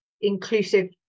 inclusive